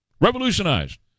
Revolutionized